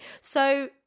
So-